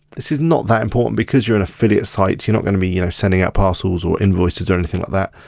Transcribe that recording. this is not that important, because you're an affiliate site you're not gonna be, you know, sending out parcels or invoices or anything like that.